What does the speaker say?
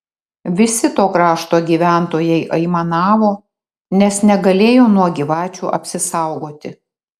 visi to krašto gyventojai aimanavo nes negalėjo nuo gyvačių apsisaugoti